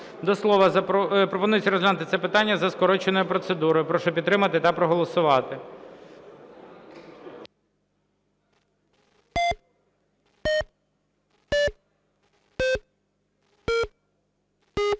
2713). Пропонується розглянути це питання за скороченою процедурою. Прошу підтримати та проголосувати. 14:44:16